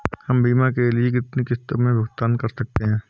हम बीमा के लिए कितनी किश्तों में भुगतान कर सकते हैं?